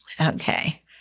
Okay